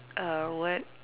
uh what